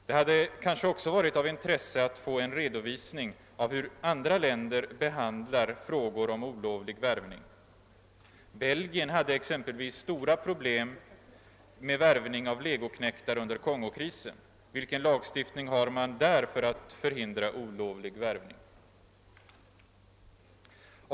Det hade kanske också varit av intresse att få en redovisning av hur andra länder behandlar frågor om olovlig värvning. Belgien t.ex. hade stora problem med värvning av legoknektar under Kongokrisen. Vilka lagar har man där för att hindra olovlig värvning?